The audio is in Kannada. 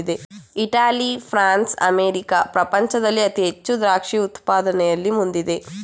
ಇಟಲಿ, ಫ್ರಾನ್ಸ್, ಅಮೇರಿಕಾ ಪ್ರಪಂಚದಲ್ಲಿ ಅತಿ ಹೆಚ್ಚು ದ್ರಾಕ್ಷಿ ಉತ್ಪಾದನೆಯಲ್ಲಿ ಮುಂದಿದೆ